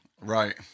Right